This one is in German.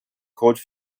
code